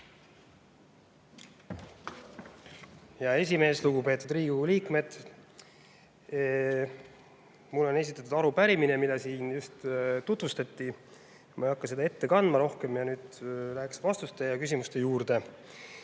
Hea esimees! Lugupeetud Riigikogu liikmed! Mulle on esitatud arupärimine, mida siin just tutvustati. Ma ei hakka seda ette kandma rohkem ja nüüd läheks küsimuste ja vastuste juurde.